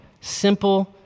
Simple